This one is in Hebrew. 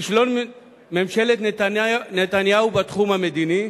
כישלון ממשלת נתניהו בתחום המדיני,